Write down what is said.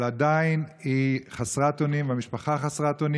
אבל עדיין היא חסרת אונים, המשפחה חסרת אונים,